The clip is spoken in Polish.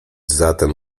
zatem